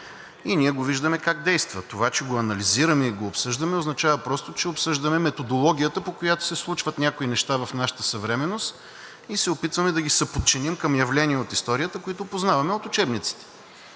и ние виждаме как действа. Това, че го анализираме и го обсъждаме, означава просто, че обсъждаме методологията, по която се случват някои неща в нашата съвременност и се опитваме да ги съподчиним към явления от историята, които познаваме от учебниците.